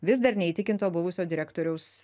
vis dar neįtikinto buvusio direktoriaus